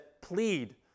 Plead